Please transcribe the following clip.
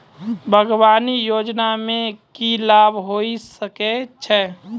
बागवानी योजना मे की लाभ होय सके छै?